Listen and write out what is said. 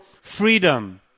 freedom